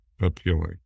appealing